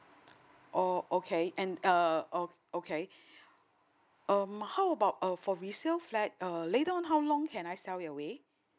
oh okay and uh okay um how about uh four resale flat uh later on how long can I sell it away